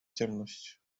ciemność